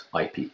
IP